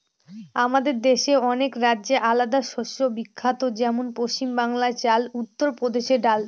আমাদের দেশের অনেক রাজ্যে আলাদা শস্য বিখ্যাত যেমন পশ্চিম বাংলায় চাল, উত্তর প্রদেশে ডাল